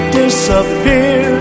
disappear